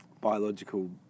biological